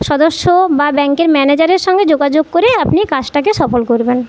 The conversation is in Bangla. সদস্য বা ব্যাঙ্কের ম্যানেজারের সঙ্গে যোগাযোগ করে আপনি কাজটাকে সফল করবেন